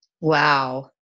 Wow